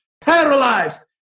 paralyzed